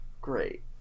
great